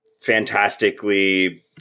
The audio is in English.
fantastically